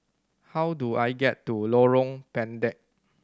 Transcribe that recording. how do I get to Lorong Pendek